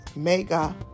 Mega